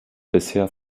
bisher